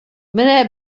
менә